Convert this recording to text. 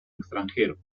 extranjero